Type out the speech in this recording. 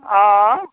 অঁ